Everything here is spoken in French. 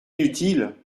inutile